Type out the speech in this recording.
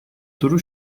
turu